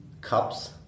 cups